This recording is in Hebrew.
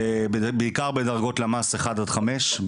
בעיקר בדרגות למ"ס אחד עד חמש,